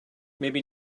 maybe